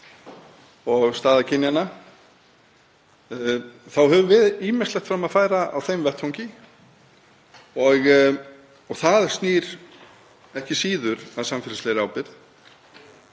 og staða kynjanna þá höfum við ýmislegt fram að færa á þeim vettvangi og það snýr ekki síður að samfélagslegri ábyrgð.